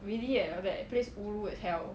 really at bad place food hell